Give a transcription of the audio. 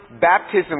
baptism